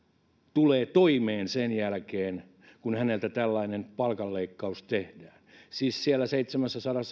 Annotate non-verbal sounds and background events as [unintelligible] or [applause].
tulee toimeen sen jälkeen kun hänelle tällainen palkanleikkaus tehdään siis siellä seitsemänsadan [unintelligible]